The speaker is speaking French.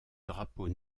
drapeau